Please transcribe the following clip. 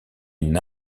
une